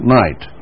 night